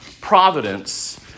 providence